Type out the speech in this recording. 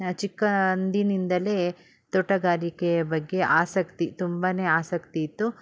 ಚಿಕ್ಕಂದಿನಿಂದಲೇ ತೋಟಗಾರಿಕೆಯ ಬಗ್ಗೆ ಆಸಕ್ತಿ ತುಂಬ ಆಸಕ್ತಿ ಇತ್ತು